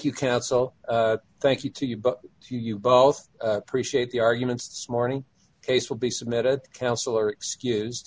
castle thank you to you but to you both appreciate the arguments morning case will be submitted counselor excuse